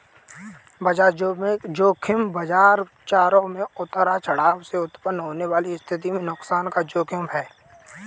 बाजार ज़ोखिम बाजार चरों में उतार चढ़ाव से उत्पन्न होने वाली स्थिति में नुकसान का जोखिम है